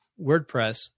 WordPress